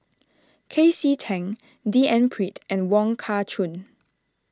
C K Tang D N Pritt and Wong Kah Chun